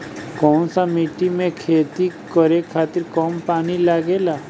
कौन सा मिट्टी में खेती करे खातिर कम पानी लागेला?